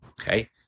Okay